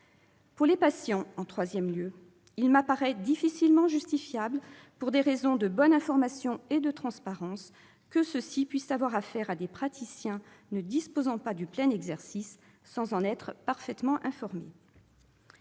Pour les patients, en troisième lieu. Il me semble difficilement justifiable, pour des raisons de bonne information et de transparence, que ceux-ci puissent avoir affaire à des praticiens ne disposant pas du plein exercice sans en être parfaitement informés.